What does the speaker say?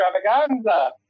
extravaganza